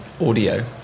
audio